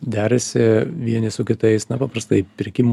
derasi vieni su kitais nepaprastai pirkimų